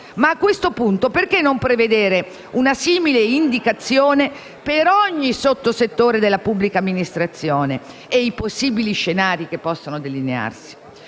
ma, a questo punto, perché non prevedere una simile indicazione per ogni sotto settore della pubblica amministrazione e i possibili scenari che possono delinearsi?